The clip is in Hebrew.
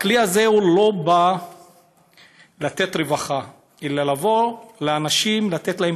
הכלי הזה לא בא לתת רווחה אלא לבוא לאנשים ולתת להם